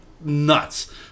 nuts